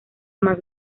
más